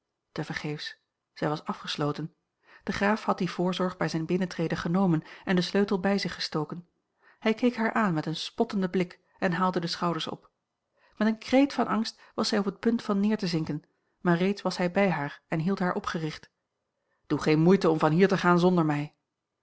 tevergeefs zij was afgesloten de graaf had die voorzorg bij zijn binnentreden genomen en den sleutel bij zich gestoken hij keek haar aan met een spottenden blik en haalde de schouders op met een kreet van angst was zij op het punt van neer te zinken maar reeds was hij bij haar en hield haar opgericht doe geene moeite om van hier te gaan zonder mij